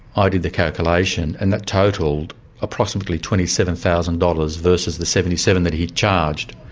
i did the calculation and that totalled approximately twenty seven thousand dollars versus the seventy seven that he'd charged.